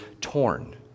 torn